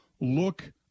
look